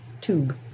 tube